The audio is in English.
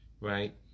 right